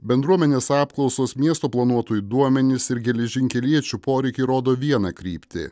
bendruomenės apklausos miesto planuotojų duomenys ir geležinkeliečių poreikiai rodo vieną kryptį